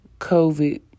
COVID